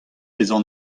bezañ